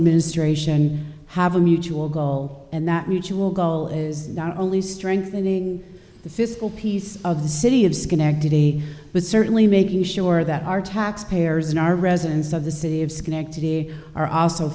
administration have a mutual goal and that mutual goal is not only strengthening the physical piece of the city of schenectady but certainly making sure that our tax payers in our residents of the city of schenectady are also